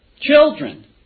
Children